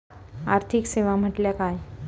आर्थिक सेवा म्हटल्या काय?